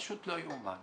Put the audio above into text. פשוט לא יאומן.